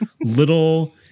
little